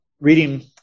reading